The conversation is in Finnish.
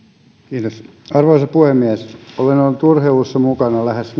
kiitos arvoisa puhemies olen ollut urheilussa mukana lähes